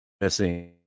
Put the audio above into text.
missing